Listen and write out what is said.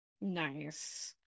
Nice